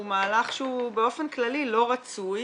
הוא מהלך שהוא באופן כללי לא רצוי,